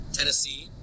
Tennessee